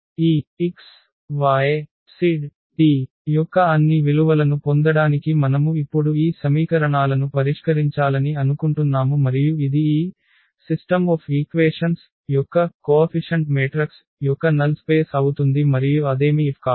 ఈ x y z t యొక్క అన్ని విలువలను పొందడానికి మనము ఇప్పుడు ఈ సమీకరణాలను పరిష్కరించాలని అనుకుంటున్నాము మరియు ఇది ఈ సమీకరణాల వ్యవస్థ యొక్క గుణకం మాత్రిక యొక్క నల్ స్పేస్ అవుతుంది మరియు అదేమి F కాదు